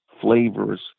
flavors